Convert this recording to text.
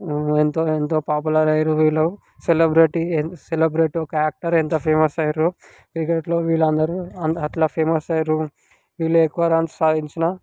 ఎంతో ఎంతో పాపులర్ అయిన వీళ్ళు సెలబ్రిటీ సెలబ్రిటీ ఒక యాక్టర్ ఎంత ఫేమస్ అయ్యారో క్రికెట్లో వీళ్ళందరూ అంత అట్లా ఫేమస్ అయ్యారు వీళ్ళు ఎక్కువ రన్స్ సాధించిన